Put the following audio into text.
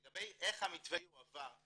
לגבי איך המתווה יועבר,